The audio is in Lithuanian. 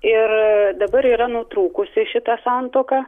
ir dabar yra nutrūkusi šita santuoka